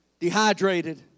dehydrated